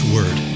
Word